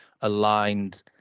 aligned